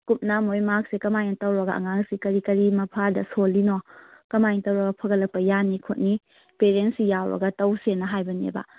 ꯀꯨꯞꯅ ꯃꯣꯏꯒꯤ ꯃꯥꯔꯀꯁꯦ ꯀꯃꯥꯏꯅ ꯇꯧꯔꯒ ꯑꯉꯥꯡꯁꯦ ꯀꯔꯤ ꯀꯔꯤ ꯃꯄꯥꯗ ꯁꯣꯜꯂꯤꯅꯣ ꯀꯃꯥꯏꯅ ꯇꯧꯔꯒ ꯐꯒꯠꯂꯛꯄ ꯌꯥꯒꯅꯤ ꯈꯣꯠꯅꯤ ꯄꯦꯔꯦꯟꯁꯁꯨ ꯌꯥꯎꯔꯒ ꯇꯧꯁꯦꯅ ꯍꯥꯏꯕꯅꯦꯕ